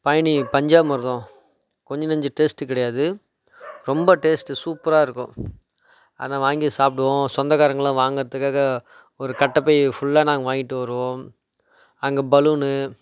பலனி பஞ்சாமிர்தம் கொஞ்சம் நெஞ்ச டேஸ்ட்டு கிடையாது ரொம்ப டேஸ்ட்டு சூப்பராக இருக்கும் அதை வாங்கி சாப்பிடுவோம் சொந்தக்காரங்களாம் வாங்குறத்துக்காக ஒரு கட்டப்பை ஃபுல்லாக நாங்கள் வாங்கிட்டு வருவோம் அங்கே பலூனு